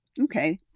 Okay